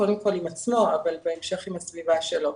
קודם כל עם עצמו אבל בהמשך עם הסביבה שלו.